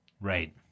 Right